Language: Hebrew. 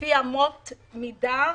לפי אמות מידה.